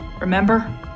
remember